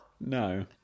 No